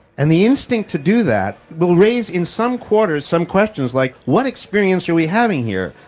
and the instinct to do that will raise in some quarters some questions like what experience are we having here,